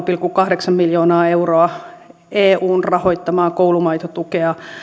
pilkku kahdeksan miljoonaa euroa eun rahoittamaa koulumaitotukea